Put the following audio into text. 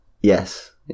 Yes